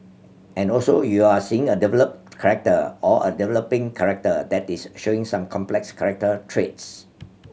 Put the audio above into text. and also you're seeing a developed character or a developing character that is showing some complex character traits